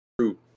true